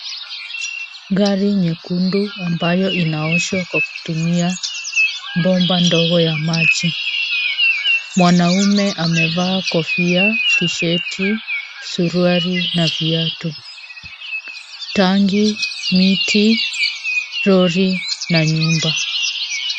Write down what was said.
Gari nyekundu ambayo inaoshwa kwa kutumia bomba ndogo ya maji. Mwanaume amevaa kofia, tisheti, suruali na viatu. Tangi. miti, lori na nyumba.